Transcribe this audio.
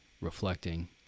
reflecting